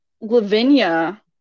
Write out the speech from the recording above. Lavinia